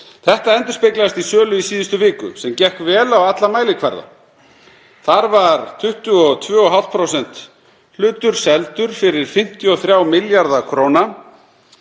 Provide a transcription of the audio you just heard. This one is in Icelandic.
Þetta endurspeglast í sölu í síðustu viku sem gekk vel á alla mælikvarða. Þar var 22,5% hlutur seldur fyrir 53 milljarða kr.,